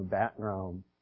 background